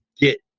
get